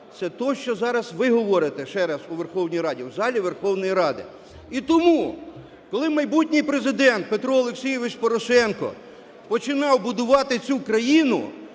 це то, що зараз ви говорите, ще раз, у Верховній Раді, в залі Верховної Ради. І тому, коли майбутній Президент Петро Олексійович Порошенко починав будувати цю країну,